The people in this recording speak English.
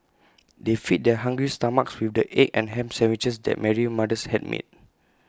they fed their hungry stomachs with the egg and Ham Sandwiches that Mary's mothers had made